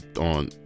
on